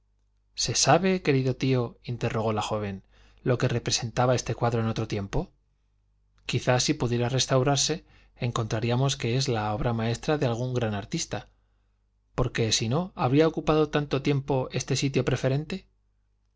se sabe querido tío interrogó la joven lo que representaba este cuadro en otro tiempo quizá si pudiera restaurarse encontraríamos que es la obra maestra de algún gran artista por qué si no habría ocupado tanto tiempo este sitio preferente